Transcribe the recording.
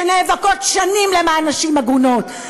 שנאבקות שנים למען נשים עגונות.